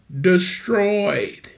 destroyed